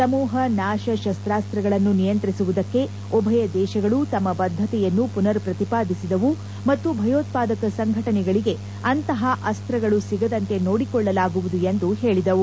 ಸಮೂಹ ನಾಶ ಶಸ್ತಾಸ್ತ್ರಗಳನ್ನು ನಿಯಂತ್ರಿಸುವುದಕ್ಕೆ ಉಭಯ ದೇಶಗಳು ತಮ್ಮ ಬದ್ದತೆಯನ್ನು ಪುನರ್ ಪ್ರತಿಪಾದಿಸಿದವು ಮತ್ತು ಭಯೋತ್ಸಾದಕ ಸಂಘಟನೆಗಳಿಗೆ ಅಂತಹ ಅಸ್ತಗಳು ಸಿಗದಂತೆ ನೋಡಿಕೊಳ್ಳಲಾಗುವುದು ಎಂದು ಹೇಳಿದವು